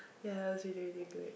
ya it was really really good